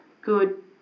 good